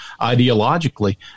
ideologically